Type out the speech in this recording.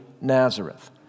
Nazareth